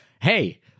hey